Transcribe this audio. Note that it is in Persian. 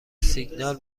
سیگنال